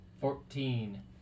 Fourteen